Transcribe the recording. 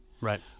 Right